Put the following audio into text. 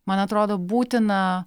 man atrodo būtina